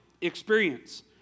experience